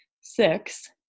Six